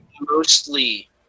mostly